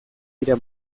dira